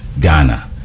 Ghana